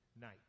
night